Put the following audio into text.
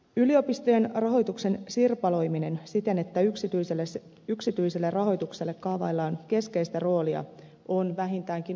yliopistojen rahoituksen sirpaloiminen siten että yksityiselle rahoitukselle kaavaillaan keskeistä roolia on vähintäänkin arveluttavaa